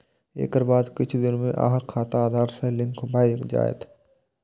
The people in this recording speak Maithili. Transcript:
एकर बाद किछु दिन मे अहांक खाता आधार सं लिंक भए जायत